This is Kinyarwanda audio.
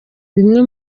bimwe